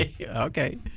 Okay